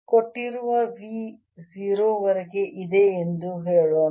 ಕೊಟ್ಟಿರುವ V 0 ವರೆಗೆ ಇದೆ ಎಂದು ಹೇಳೋಣ